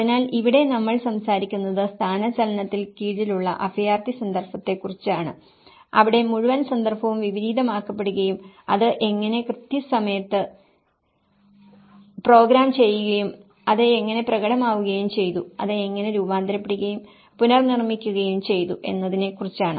അതിനാൽ ഇവിടെ നമ്മൾ സംസാരിക്കുന്നത് സ്ഥാനചലനത്തിൻ കീഴിലുള്ള അഭയാർത്ഥി സന്ദർഭത്തെക്കുറിച്ചാണ് അവിടെ മുഴുവൻ സന്ദർഭവും വിപരീതമാക്കപ്പെടുകയും അത് എങ്ങനെ കൃത്യസമയത്ത് പ്രോഗ്രാം ചെയ്യുകയും അത് എങ്ങനെ പ്രകടമാവുകയും ചെയ്തു അത് എങ്ങനെ രൂപപ്പെടുത്തുകയും പുനർനിർമ്മിക്കുകയും ചെയ്തു എന്നതിനെക്കുറിച്ചാണ്